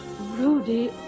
Rudy